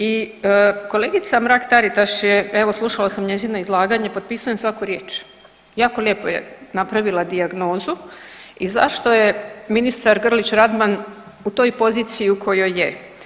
I kolegica Mrak Taritaš je, evo slušala sam njezino izlaganje potpisujem svaku riječ, jako lijepo je napravila dijagnozu i zašto je ministar Grlić Radman u toj poziciji u kojoj je.